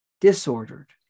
disordered